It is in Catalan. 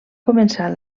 començar